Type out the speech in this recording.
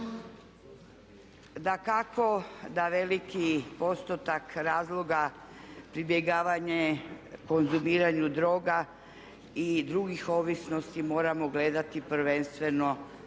Dakako da veliki postotak razloga pribjegavanje, konzumiranju droga i drugih ovisnosti moramo gledati prvenstveno